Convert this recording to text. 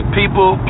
people